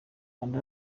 kanda